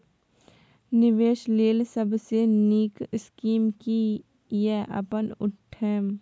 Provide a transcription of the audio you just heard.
निवेश लेल सबसे नींक स्कीम की या अपन उठैम?